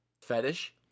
fetish